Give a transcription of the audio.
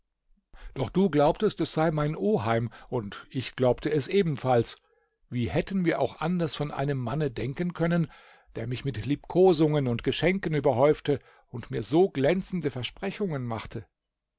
doch du glaubtest es sei mein oheim und ich glaubte es ebenfalls wie hätten wir auch anders von einem manne denken können der mich mit liebkosungen und geschenken überhäufte und mir so glänzende versprechungen machte